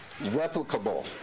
replicable